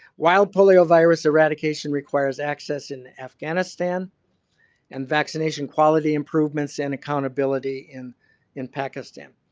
while poliovirus eradication requires access in afghanistan and vaccination quality improvements and accountability in in pakistan,